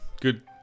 good